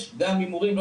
גם הימורים.